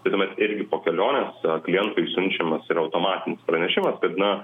tai tuomet irgi po kelionės klientui siunčiamas yra automatinis pranešimas kad na